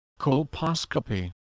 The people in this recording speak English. colposcopy